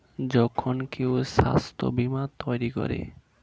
যখন কেউ স্বাস্থ্য বীমা তৈরী করে